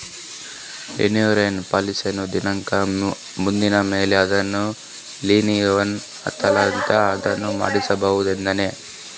Insurance ಪಾಲಿಸಿಯ ದಿನಾಂಕ ಮುಗಿದ ಮೇಲೆ ಅದೇನೋ ರಿನೀವಲ್ ಅಂತಾರಲ್ಲ ಅದನ್ನು ಮಾಡಿಸಬಹುದೇನ್ರಿ?